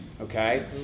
Okay